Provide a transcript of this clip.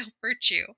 virtue